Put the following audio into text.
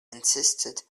insisted